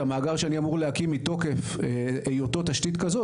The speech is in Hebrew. את המאגר שאני אמור להקים מתוקף היותו תשתית כזאת,